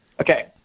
Okay